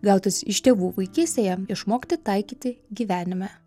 gautas iš tėvų vaikystėje išmokti taikyti gyvenime